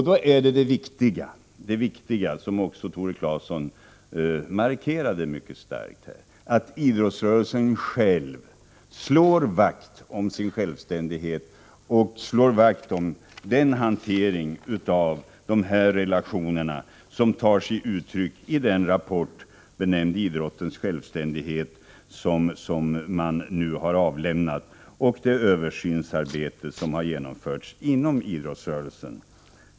Då är det viktiga — som också Tore Claeson markerade mycket starkt — att idrottsrörelsen slår vakt om sin självständighet och slår vakt om den hantering av de här relationerna som tar sig uttryck i den rapport, benämnd Idrottens självständighet, som nu avlämnats, samt genom det översynsarbete som genomförs inom idrottsrörelsen.